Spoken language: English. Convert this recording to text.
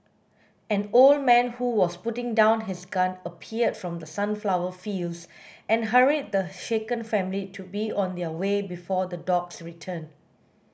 an old man who was putting down his gun appeared from the sunflower fields and hurried the shaken family to be on their way before the dogs return